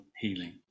healing